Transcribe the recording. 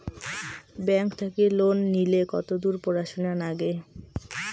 Bank থাকি loan নিলে কতদূর পড়াশুনা নাগে?